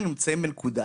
אנחנו נמצאים בנקודה,